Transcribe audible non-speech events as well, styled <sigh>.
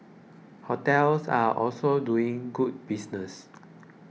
hotels are also doing good business <noise>